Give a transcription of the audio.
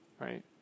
right